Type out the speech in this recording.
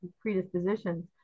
predispositions